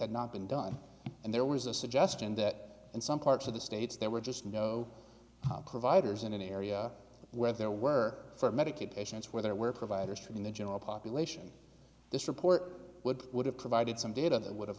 had not been done and there was a suggestion that in some parts of the states there were just no providers in an area where there were for medicaid patients where there were providers from the general population this report would would have provided some data that would